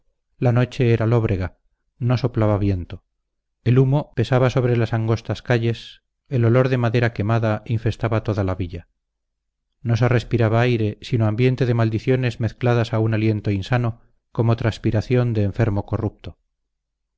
la noche era lóbrega no soplaba viento el humo pesaba sobre las angostas calles el olor de madera quemada infestaba toda la villa no se respiraba aire sino ambiente de maldiciones mezcladas a un aliento insano como transpiración de enfermo corrupto